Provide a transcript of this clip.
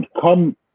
come